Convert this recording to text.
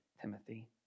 Timothy